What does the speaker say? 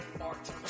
art